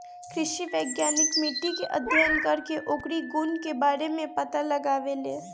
कृषि वैज्ञानिक मिट्टी के अध्ययन करके ओकरी गुण के बारे में पता लगावेलें